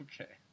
Okay